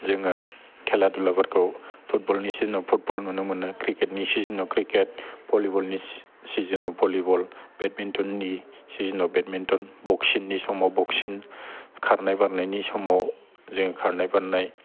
जोङो खेला दुलाफोरखौ फुटबलनि सिजेनाव फुटबल नुनो मोनो क्रिकेटनि सिजेनाव क्रिकेट भलिबलनि सिजेनाव भलिबल बेडमिन्टननि सिजेनाव बेडमिन्टन बक्सिंनि समाव बक्सिं खारनाय बारनायनि समाव जों खारनाय बारनाय